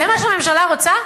זה מה שהממשלה רוצה?